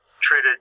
treated